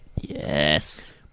Yes